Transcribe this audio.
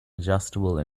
adjustable